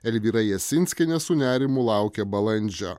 elvyra jasinskienė su nerimu laukia balandžio